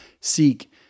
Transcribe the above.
Seek